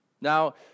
Now